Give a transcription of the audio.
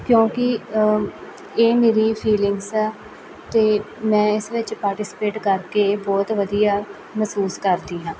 ਕਿਉਂਕਿ ਇਹ ਮੇਰੀ ਫੀਲਿੰਗਸ ਆ ਤੇ ਮੈਂ ਇਸ ਵਿੱਚ ਪਾਰਟੀਸਪੇਟ ਕਰਕੇ ਬਹੁਤ ਵਧੀਆ ਮਹਿਸੂਸ ਕਰਦੀ ਹਾਂ